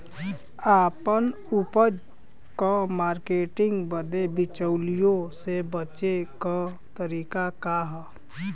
आपन उपज क मार्केटिंग बदे बिचौलियों से बचे क तरीका का ह?